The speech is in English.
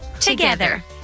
Together